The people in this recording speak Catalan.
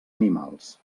animals